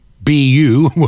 BU